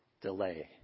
delay